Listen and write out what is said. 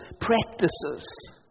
practices